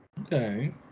okay